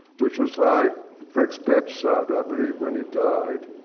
which was by frick's bedside i believe, when he died.